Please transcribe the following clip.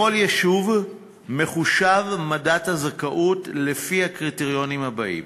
2 3. לכל יישוב מחושב מדד הזכאות לפי הקריטריונים האלה: